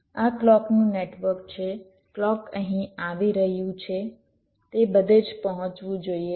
આ ક્લૉકનું નેટવર્ક છે ક્લૉક અહીં આવી રહ્યું છે તે બધે જ પહોંચવું જોઈએ